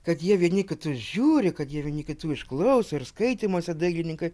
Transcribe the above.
kad jie vieni kitus žiūri kad jie vieni kitų išklauso ir skaitymuose dailininkai